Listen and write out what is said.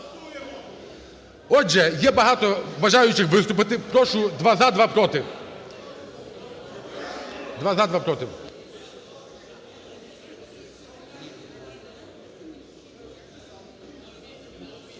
Отже, є багато бажаючих виступити. Прошу: два – за, два – проти.